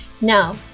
Now